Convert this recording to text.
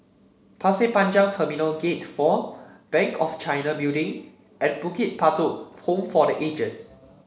Pasir Panjang Terminal Gate Four Bank of China Building and Bukit Batok Home for The Aged